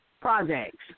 Projects